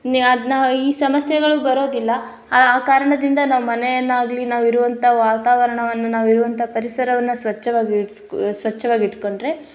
ನ್ಯಾಗ್ನ ಈ ಸಮಸ್ಯೆಗಳು ಬರೋದಿಲ್ಲ ಆ ಕಾರಣದಿಂದ ನಮ್ಮ ಮನೆಯನ್ನಾಗಲಿ ನಾವು ಇರುವಂಥ ವಾತಾವರಣವನ್ನು ನಾವು ಇರುವಂಥ ಪರಿಸರವನ್ನು ಸ್ವಚ್ಚವಾಗಿ ಇಟ್ಟು ಸ್ವಚ್ಚವಾಗಿ ಇಟ್ಕೊಂಡ್ರೆ